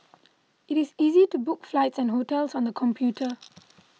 it is easy to book flights and hotels on the computer